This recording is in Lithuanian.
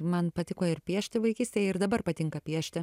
man patiko ir piešti vaikystėje ir dabar patinka piešti